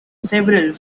several